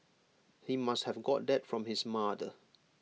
he must have got that from his mother